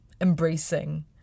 embracing